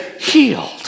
healed